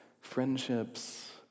friendships